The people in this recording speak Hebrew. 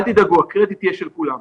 אל תדאגו, הקרדיט יהיה של כולם.